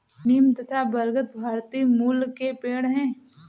नीम तथा बरगद भारतीय मूल के पेड है